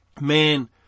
Man